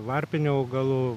varpinių augalų